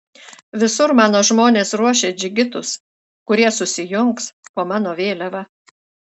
visur mano žmonės ruošia džigitus kurie susijungs po mano vėliava